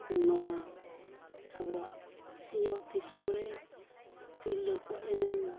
ᱱᱚᱣᱟ ᱟᱵᱚᱣᱟᱜ ᱥᱤᱧᱚᱛ ᱫᱤᱥᱚᱢ ᱨᱮ ᱛᱤᱨᱞᱟᱹ ᱠᱚᱣᱟᱜ ᱮᱱᱮᱢ